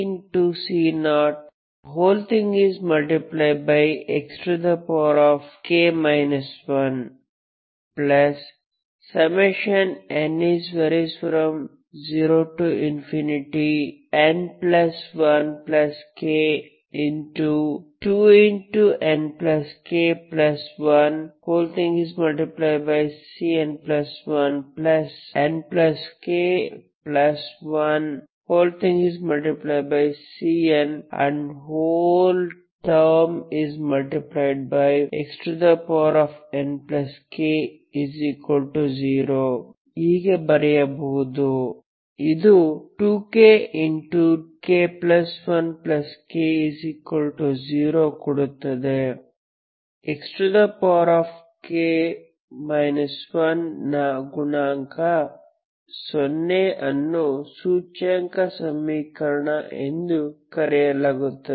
2nk1Cn1nk1Cnxnk0 ಹೀಗೆ ಬರೆಯಬಹುದು ಇದು 2k k1k 0 ಕೊಡುತ್ತದೆ xk 1 ನ ಗುಣಾಂಕ 0 ಅನ್ನು ಸೂಚಕ ಸಮೀಕರಣ ಎಂದು ಕರೆಯಲಾಗುತ್ತದೆ